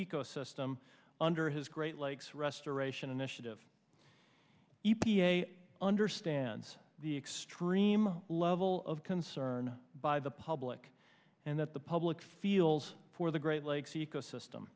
ecosystem under his great lakes restoration initiative e p a understands the extreme level of concern by the public and that the public feels for the great lakes ecosystem